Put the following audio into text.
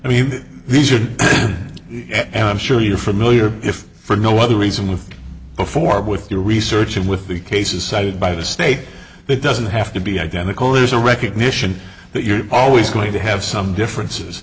i mean these are i'm sure you're familiar if for no other reason with before with your research and with the cases cited by the state it doesn't have to be identical there's a recognition that you're always going to have some differences